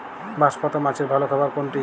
বাঁশপাতা মাছের ভালো খাবার কোনটি?